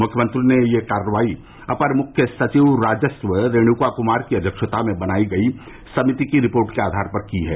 मुख्यमंत्री ने यह कार्रवाई अपर मुख्य सचिव राजस्व रेणुका कुमार की अध्यक्षता में बनाई गई समिति की रिपोर्ट के आधार पर की है